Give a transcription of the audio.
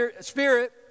Spirit